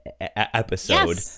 episode